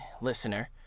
listener